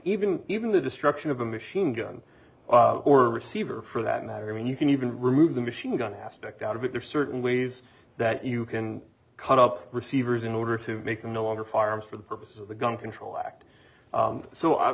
even even the destruction of a machine gun or receiver for that matter i mean you can you can remove the machine gun aspect out of it there are certain ways that you can cut up receivers in order to make them no longer harm for the purpose of the gun control act so i